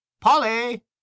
Polly